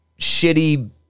shitty